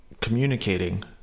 communicating